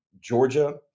Georgia